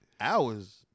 Hours